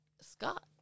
Scott